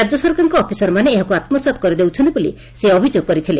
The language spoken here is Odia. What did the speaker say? ରାଜ୍ୟ ସରକାରଙ୍କ ଅଫିସରମାନେ ଏହାକୁ ଆତୁସାତ କରି ଦେଉଛନ୍ତି ବୋଲି ସେ ଅଭିଯୋଗ କରିଥିଲେ